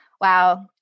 Wow